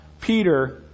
peter